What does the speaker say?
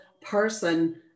person